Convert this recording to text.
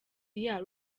year